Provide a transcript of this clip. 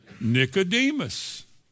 Nicodemus